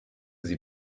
sie